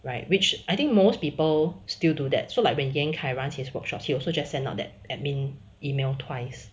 right which I think most people still do that so like when yan kai runs his workshop he also just send out that admin email twice